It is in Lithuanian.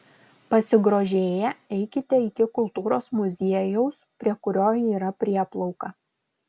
pasigrožėję eikite iki kultūros muziejaus prie kurio yra prieplauka